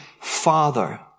father